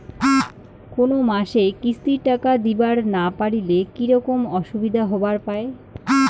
কোনো মাসে কিস্তির টাকা দিবার না পারিলে কি রকম অসুবিধা হবার পায়?